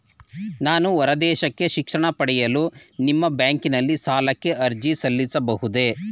ನಾನು ಹೊರದೇಶಕ್ಕೆ ಶಿಕ್ಷಣ ಪಡೆಯಲು ನಿಮ್ಮ ಬ್ಯಾಂಕಿನಲ್ಲಿ ಸಾಲಕ್ಕೆ ಅರ್ಜಿ ಸಲ್ಲಿಸಬಹುದೇ?